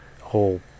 whole